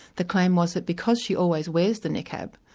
the claim was that because she always wears the niqab,